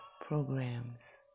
programs